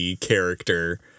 character